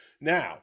Now